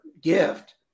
gift